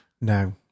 No